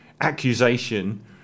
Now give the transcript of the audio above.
accusation